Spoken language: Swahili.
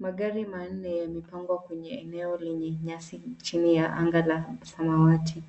Magari manne yamepangwa kwenye eneo lenye nyasi, chini ya anga la samawati.